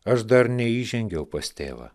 aš dar neįžengiau pas tėvą